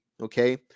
okay